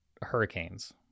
hurricanes